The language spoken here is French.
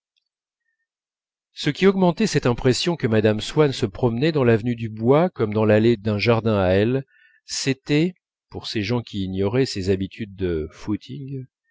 ce qui augmentait cette impression que mme swann se promenait dans l'avenue du bois comme dans l'allée d'un jardin à elle c'était pour ces gens qui ignoraient ses habitudes de footing